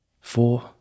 four